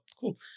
cool